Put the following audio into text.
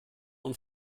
und